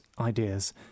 ideas